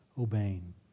obeying